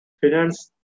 Finance